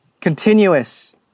continuous